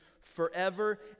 forever